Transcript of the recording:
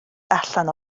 allan